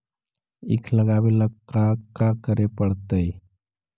ईख लगावे ला का का करे पड़तैई?